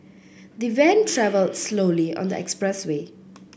the van travelled slowly on the expressway